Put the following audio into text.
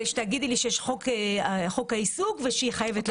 שתגידי לי שיש חוק העיסוק ושהיא חייבת ללכת.